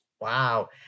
Wow